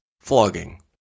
flogging